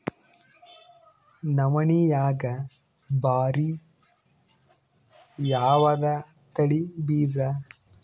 ನವಣಿಯಾಗ ಭಾರಿ ಯಾವದ ತಳಿ ಬೀಜ?